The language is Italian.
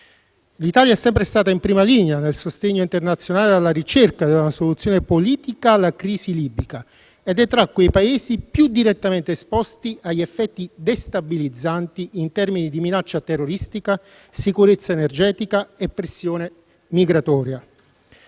L'Italia è sempre stata in prima linea nel sostegno internazionale alla ricerca di una soluzione politica alla crisi libica ed è tra quei Paesi più direttamente esposti agli effetti destabilizzanti, in termini di minaccia terroristica, sicurezza energetica e pressione migratoria.